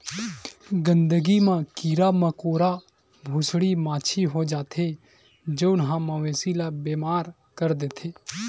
गंदगी म कीरा मकोरा, भूसड़ी, माछी हो जाथे जउन ह मवेशी ल बेमार कर देथे